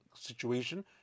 situation